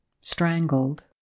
strangled